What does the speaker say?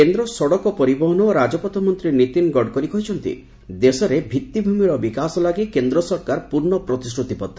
କେନ୍ଦ୍ର ସଡ଼କ ପରିବହନ ଓ ରାଜପଥ ମନ୍ତ୍ରୀ ନୀତିନ ଗଡ଼କରୀ କହିଛନ୍ତି ଦେଶରେ ଭିଭିଭୂମିର ବିକାଶ ଲାଗି କେନ୍ଦ୍ର ସରକାର ପୂର୍ଣ୍ଣ ପ୍ରତିଶ୍ରତିବଦ୍ଧ